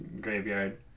graveyard